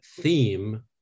theme